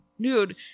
Dude